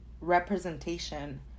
representation